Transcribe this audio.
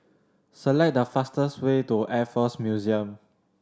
select the fastest way to Air Force Museum